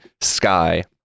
Sky